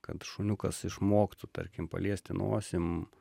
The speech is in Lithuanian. kad šuniukas išmoktų tarkim paliesti nosim